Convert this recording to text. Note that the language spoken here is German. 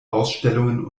ausstellungen